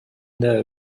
know